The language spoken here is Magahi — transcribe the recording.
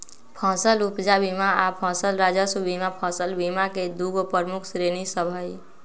फसल उपजा बीमा आऽ फसल राजस्व बीमा फसल बीमा के दूगो प्रमुख श्रेणि सभ हइ